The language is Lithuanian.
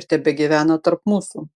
ir tebegyvena tarp mūsų